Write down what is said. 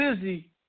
busy